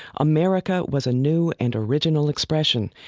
america was a new and original expression,